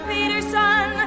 Peterson